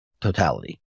totality